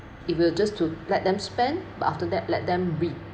it will just to let them spend but after that let them re~